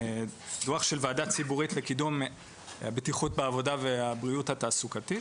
דוח של ועדה ציבורית לקידום הבטיחות בעבודה והבריאות התעסוקתית.